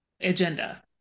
agenda